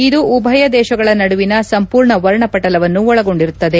ಇದು ಉಭಯ ದೇಶಗಳ ನಡುವಿನ ಸಂಪೂರ್ಣ ವರ್ಣಪಟಲವನ್ನು ಒಳಗೊಂಡಿರುತ್ತದೆ